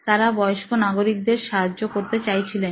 তারা বয়স্ক নাগরিকদের সাহায্য করতে চাইছিলেন